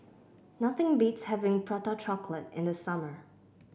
nothing beats having Prata Chocolate in the summer